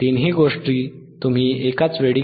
तिन्ही गोष्टी तुम्ही एकाच वेळी करा